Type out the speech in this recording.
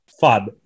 fun